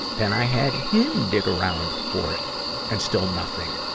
then i had him dig around for it and still nothing.